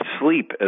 sleep